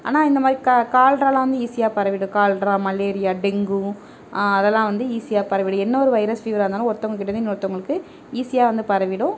ஆனால் இந்தமாதிரி கால்ராலாம் வந்து ஈஸியாக பரவிடும் கால்ரா மலேரியா டெங்கு அதெல்லாம் வந்து ஈஸியாக பரவிவிடும் என்ன ஒரு வைரஸ் ஃபீவராக இருந்தாலும் ஒருத்தவங்கக்கிட்டர்ந்து இன்னோருத்தவங்களுக்கு ஈஸியாக வந்து பரவிவிடும்